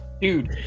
Dude